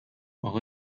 آقا